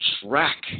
track